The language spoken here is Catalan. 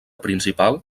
principal